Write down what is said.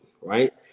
right